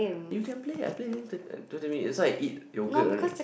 you can Play I play within thirty twenty minutes that's why I eat yogurt only